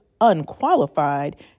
unqualified